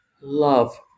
love